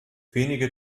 wenige